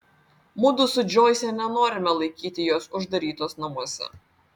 mudu su džoise nenorime laikyti jos uždarytos namuose